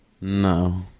No